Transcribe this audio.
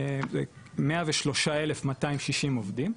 103,260 עובדים,